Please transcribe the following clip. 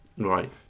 Right